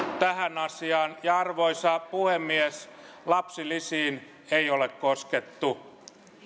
tähän asiaan ja arvoisa puhemies lapsilisiin ei ole koskettu